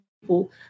people